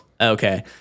Okay